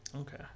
Okay